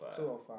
205